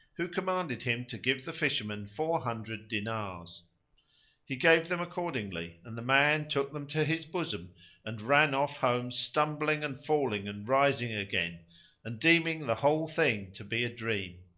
who commanded him to give the fisherman four hundred diners he gave them accordingly, and the man took them to his bosom and ran off home stumbling and falling and rising again and deeming the whole thing to be a dream.